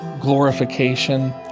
glorification